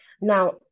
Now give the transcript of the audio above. Now